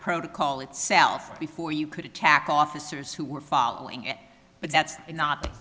protocol itself before you could attack officers who were following it but that's not